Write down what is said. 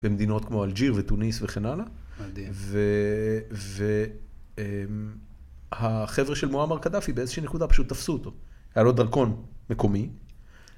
במדינות כמו אלג'יר, ותוניס וכן הלאה. ו... החבר'ה של מועמר קדאפי באיזושהי נקודה פשוט תפסו אותו. היה לו דרכון מקומי.